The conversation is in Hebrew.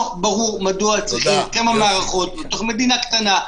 לא ברור מדוע צריכים כמה מערכות בתוך מדינה קטנה,